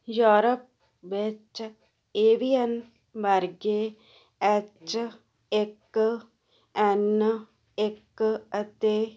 Europe ਵਿੱਚ avian ਵਰਗੇ H ਇੱਕ ਐੱਨ ਇੱਕ ਅਤੇ